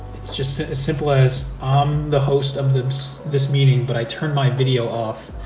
it's just as simple as, i'm the host of this this meeting, but i turn my video off,